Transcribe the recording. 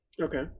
Okay